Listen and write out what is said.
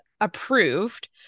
approved